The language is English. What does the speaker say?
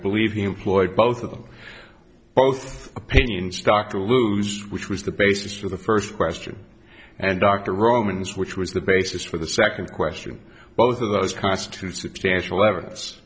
believe he employed both of them both opinion stuck to lose which was the basis of the first question and dr romans which was the basis for the second question both of those costs two substantial evidence